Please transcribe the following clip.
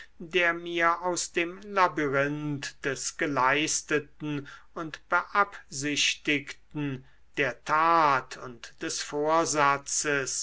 der mir aus dem labyrinth des geleisteten und beabsichtigten der tat und des vorsatzes